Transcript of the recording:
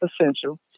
essential